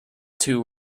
two